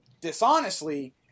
dishonestly